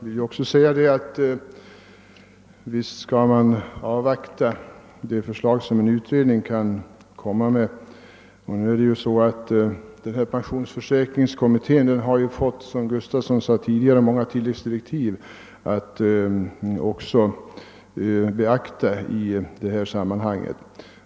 Herr talman! Jag vill till herr Gustavsson i Alvesta säga att man visst skall avvakta förslag som en utredning kan komma med. Pensionsförsäkringskommittén har ju också fått många tillläggsdirektiv att beakta i detta sammanhang.